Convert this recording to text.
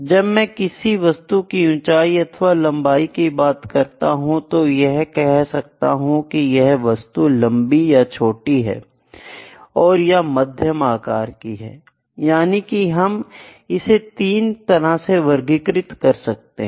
जब मैं किसी वस्तु की ऊंचाई अथवा लंबाई की बात करता हूं तो मैं यह कह सकता हूं कि यह वस्तु लंबी है या छोटी है या मध्यम आकार की है यानी कि हम इसे 3 तरह से वर्गीकृत कर सकते हैं